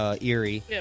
eerie